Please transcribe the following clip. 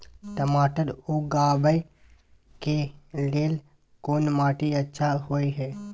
टमाटर उगाबै के लेल कोन माटी अच्छा होय है?